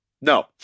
No